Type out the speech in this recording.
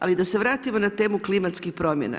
Ali, da se vratimo na temu klimatskih promjena.